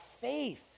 faith